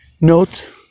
Note